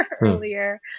earlier